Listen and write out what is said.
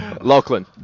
Lachlan